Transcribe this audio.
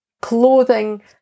clothing